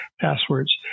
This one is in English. passwords